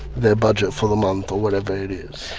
their budget for the month or whatever it is.